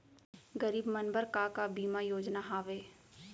गरीब मन बर का का बीमा योजना हावे?